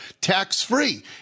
tax-free